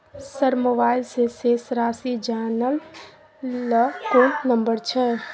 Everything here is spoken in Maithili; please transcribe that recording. सर मोबाइल से शेस राशि जानय ल कोन नंबर छै?